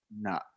No